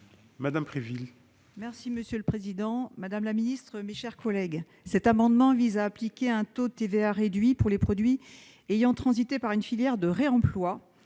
Mme Préville.